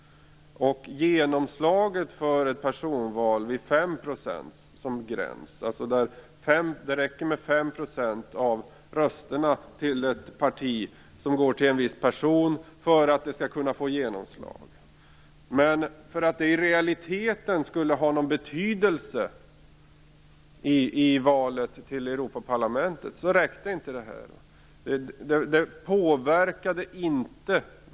I ett personval där gränsen går vid 5 % räcker det med att 5 % av rösterna för ett visst parti går till en viss person för att det skall få genomslag. Men för att det i realiteten skulle ha någon betydelse i valet till Europaparlamentet räckte inte det här.